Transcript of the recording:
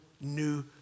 new